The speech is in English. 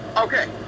Okay